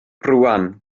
rwan